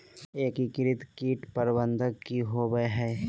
एकीकृत कीट प्रबंधन की होवय हैय?